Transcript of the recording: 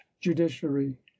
judiciary